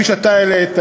כפי שאתה העלית,